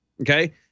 Okay